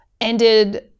ended